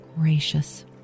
gracious